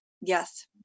Yes